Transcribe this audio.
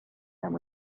and